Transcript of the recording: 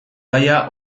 gaia